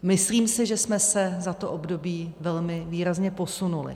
Myslím si, že jsme se za to období výrazně posunuli.